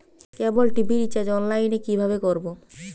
কেবল TV recharge online এ কিভাবে করব?